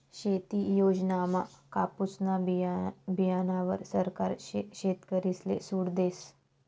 शेती योजनामा कापुसना बीयाणावर सरकार शेतकरीसले सूट देस